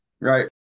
right